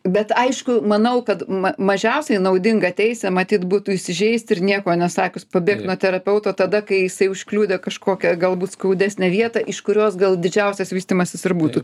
bet aišku manau kad mažiausiai naudinga teisė matyt būtų įsižeist ir nieko nesakius pabėgt nuo terapeuto tada kai jisai užkliudė kažkokią galbūt skaudesnę vietą iš kurios gal didžiausias vystymasis ir būtų